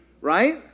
right